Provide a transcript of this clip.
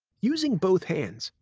using both hands,